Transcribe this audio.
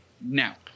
Now